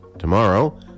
Tomorrow